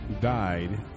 died